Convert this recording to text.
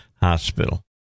Hospital